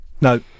no